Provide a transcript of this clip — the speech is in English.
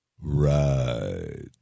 right